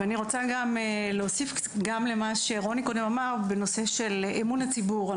אני רוצה להוסיף למה שרוני אמר קודם בנושא של בריאות הציבור.